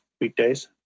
weekdays